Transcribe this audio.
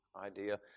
idea